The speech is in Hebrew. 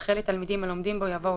החינוך,